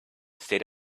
state